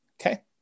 Okay